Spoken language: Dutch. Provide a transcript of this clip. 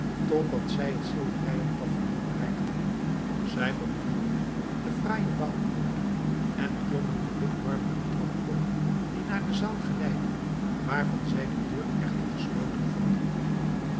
totdat zij het schilderijen pavilloen bereikten zij bewonderden de fraaije bouworde en klommen den wit marmeren trap op die naar de zaal geleidde waarvan zij de deur echter gesloten vonden